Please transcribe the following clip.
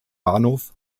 bahnhof